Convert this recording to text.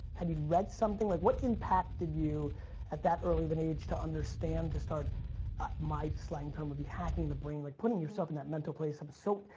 had you read something? like what impacted you at that early of an age to understand to start my slang term would be hacking the brain? like putting yourself in that mental place, i'm so,